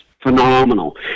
phenomenal